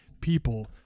people